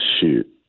shoot